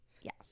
Yes